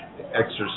exercise